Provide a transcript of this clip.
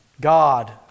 God